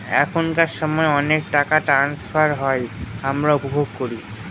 এখনকার সময় অনেক টাকা ট্রান্সফার হয় আমরা উপভোগ করি